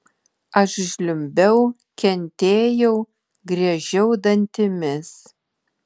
aš žliumbiau kentėjau griežiau dantimis